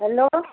hello